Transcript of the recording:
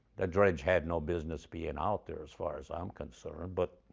the dredge had no business being out there, as far as i'm concerned, but,